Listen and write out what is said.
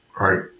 Right